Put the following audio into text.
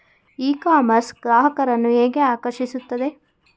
E commerce ಗ್ರಾಹಕರನ್ನು ಹೇಗೆ ಆಕರ್ಷಿಸುತ್ತದೆ?